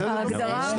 בסדר גמור.